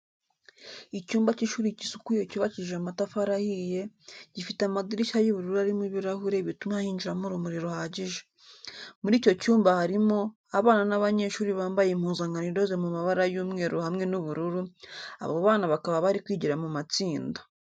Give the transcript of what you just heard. Icyumba cy'ishuri gisukuye cyubakishije amatafari ahiye, gifite amadirishya y'ubururu arimo ibirahure bituma hinjiramo urumuri ruhagije. Muri icyo cyumba harimo, abana b'abanyeshuri bambaye impuzankano idoze mu mabara y'umweru hamwe n'ubururu, abo bana bakaba bari kwigira mu matsinda.